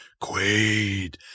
Quaid